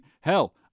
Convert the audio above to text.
Hell